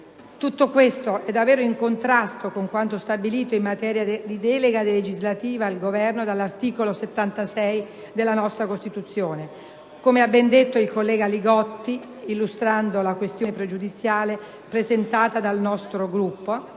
Tutto ciò è davvero in contrasto con quanto stabilito in materia di delega legislativa al Governo dall'articolo 76 della Costituzione. Come ha detto il collega Li Gotti illustrando la questione pregiudiziale presentata dal nostro Gruppo,